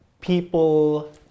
people